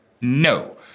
no